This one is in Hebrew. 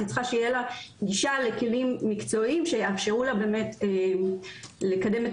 אז היא צריכה שיהיה לה גישה לכלים מקצועיים שיאפשרו לה באמת לקדם את